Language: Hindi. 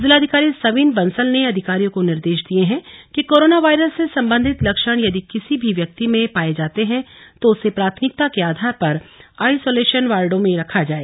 जिलाधिकारी सविन बंसल ने अधिकारियों को निर्देश दिए हैं कि कोरोना वायरस से सम्बन्धित लक्षण यदि किसी भी व्यक्ति में पाये जाते है तो उसे प्राथमिकता के आधार पर आइशोलेशन वार्डो में रखा जाय